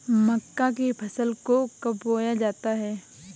मक्का की फसल को कब बोया जाता है?